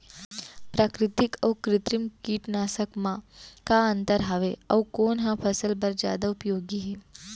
प्राकृतिक अऊ कृत्रिम कीटनाशक मा का अन्तर हावे अऊ कोन ह फसल बर जादा उपयोगी हे?